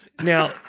Now